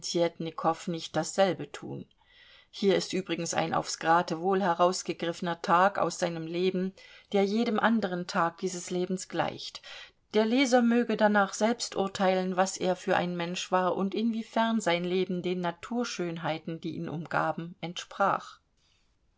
nicht dasselbe tun hier ist übrigens ein aufs geratewohl herausgegriffener tag aus seinem leben der jedem anderen tag dieses lebens gleicht der leser möge danach selbst urteilen was er für ein mensch war und inwiefern sein leben den naturschönheiten die ihn umgaben entsprach